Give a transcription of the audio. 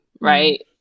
right